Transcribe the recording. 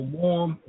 warm